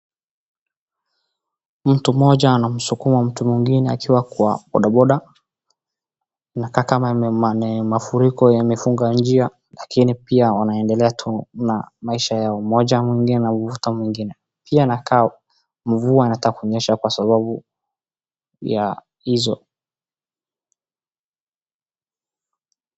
Mtu mmoja anamsukuma mtu mwingine akiwa kwa boda boda, inakaa kama ni mafuriko yamefunga njia. Lakini pia wanaendelea tu na maisha yao mmoja mwingine anamvuruta mwingine. Pia inakaa mvua inataka kunyesha kwa sababu ya hizo.